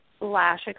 lash